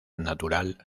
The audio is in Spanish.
natural